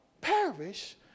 perish